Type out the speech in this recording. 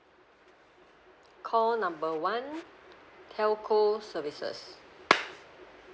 call number one telco services